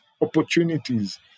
opportunities